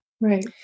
Right